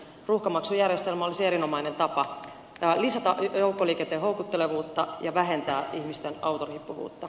ruuhkamaksujärjestelmä olisi erinomainen tapa lisätä joukkoliikenteen houkuttelevuutta ja vähentää ihmisten autoriippuvuutta